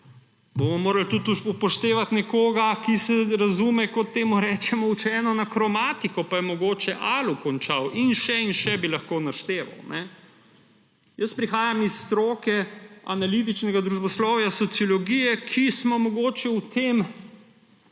bomo morali upoštevati tudi nekoga, ki se razume, kot temu rečemo učeno, na kromatiko, pa je mogoče končal ALU. In še in še bi lahko našteval. Jaz prihajam iz stroke analitičnega družboslovja sociologije, kjer smo mogoče v tem